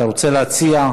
אתה רוצה להציע?